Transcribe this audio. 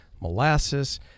Molasses